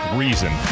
reason